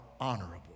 honorable